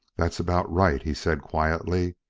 that's about right, he said quietly.